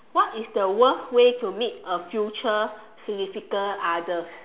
what is the worst way to meet a future significant other